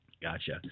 Gotcha